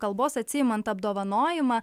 kalbos atsiimant apdovanojimą